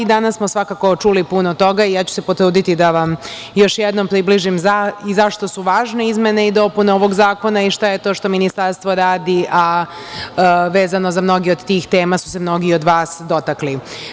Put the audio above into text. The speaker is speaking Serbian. Danas smo svakako čuli puno toga i ja ću se potruditi da vam još jednom približim i zašto su važne izmene i dopune ovog zakona i šta je to što Ministarstvo radi, a vezano za mnoge od tih tema su se mnogi od vas dotakli.